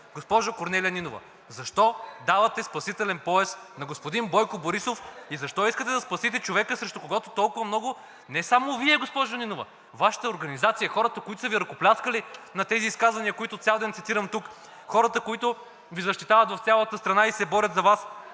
Госпожо Корнелия Нинова, защо давате спасителен пояс на господин Бойко Борисов и защо искате да спасите човека, срещу когото толкова много – не само Вие, госпожо Нинова, Вашата организация, хората, които са Ви ръкопляскали на тези изказвания, които цял ден цитирам тук, хората Ви защитават в цялата страна и се борят за Вас,